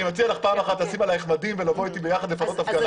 אני מציע לך פעם אחת לשים עליך מדים ולבוא אתי ביחד להפגנה.